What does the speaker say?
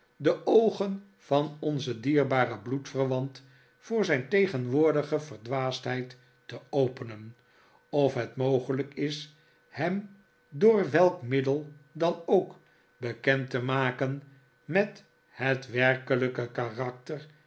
de oogen van onzen dierbaren bloedverwant voor zijn tegenwoordige verdwaasdheid te openen of het mogelijk is hem door welk middel dan ook bekend te maken met het werkelijke karakter